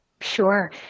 Sure